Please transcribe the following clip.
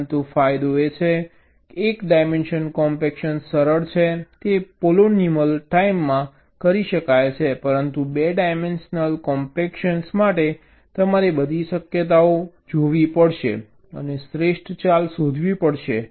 પરંતુ ફાયદો એ છે કે એક ડાયમેન્શનલ કોમ્પેક્શન સરળ છે તે પોલીનોમિયલ ટાઇમમાં કરી શકાય છે પરંતુ 2 ડાયમેન્શનલ કોમ્પેક્શન માટે તમારે બધી શક્યતાઓ જોવી પડશે અને શ્રેષ્ઠ ચાલ શોધવી પડશે